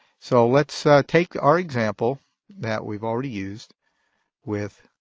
so let's take our example that we've already used with